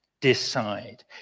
Decide